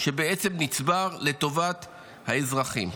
שבעצם נצבר לטובת האזרחים.